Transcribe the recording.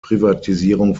privatisierung